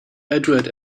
edward